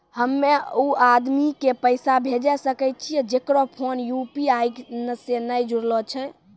हम्मय उ आदमी के पैसा भेजै सकय छियै जेकरो फोन यु.पी.आई से नैय जूरलो छै?